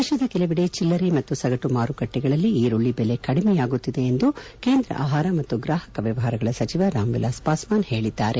ದೇಶದ ಕೆಲವೆಡೆ ಚಿಲ್ಲರೆ ಮತ್ತು ಸಗಟು ಮಾರುಕಟ್ಟೆಗಳಲ್ಲಿ ಈರುಳ್ಳಿ ಬೆಲೆ ಕಡಿಮೆಯಾಗುತ್ತಿದೆ ಎಂದು ಕೇಂದ್ರ ಆಹಾರ ಮತ್ತು ಗ್ರಾಹಕ ವ್ಯವಹಾರಗಳ ಸಚಿವ ರಾಮ್ ವಿಲಾಸ್ ಪಾಸ್ಲಾನ್ ಹೇಳಿದ್ದಾರೆ